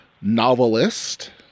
novelist